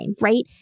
right